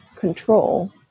control